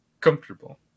comfortable